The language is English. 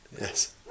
Yes